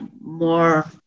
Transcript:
more